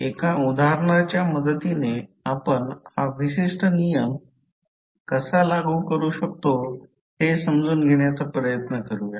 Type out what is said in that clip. एका उदाहरणाच्या मदतीने आपण हा विशिष्ट नियम कसा लागू करू शकतो हे समजून घेण्याचा प्रयत्न करूया